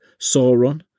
Sauron